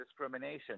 discrimination